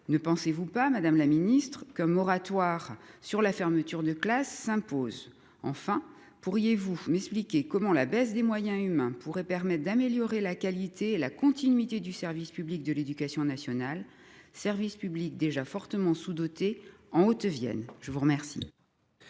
ne pensez-vous pas, madame la secrétaire d'État, qu'un moratoire sur la fermeture de classes s'impose ? Enfin, pourriez-vous m'expliquer comment la baisse des moyens humains pourrait permettre d'améliorer la qualité et la continuité du service public de l'éducation nationale, déjà fortement sous-doté en Haute-Vienne ? La parole